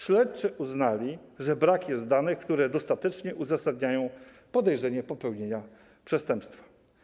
Śledczy uznali, że brak jest danych, które dostatecznie uzasadniają podejrzenie popełnienia przestępstwa.